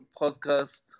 podcast